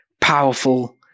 powerful